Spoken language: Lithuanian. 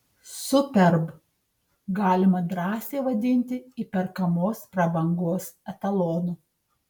superb galima drąsiai vadinti įperkamos prabangos etalonu